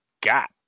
got